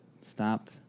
Stop